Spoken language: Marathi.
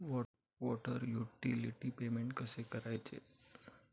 वॉटर युटिलिटी पेमेंट कसे करायचे?